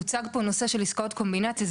הוצג פה נושא של עסקאות קומבינציה.